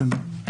בסדר.